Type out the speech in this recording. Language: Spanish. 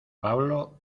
pablo